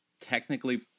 technically